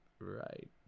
Right